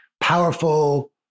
powerful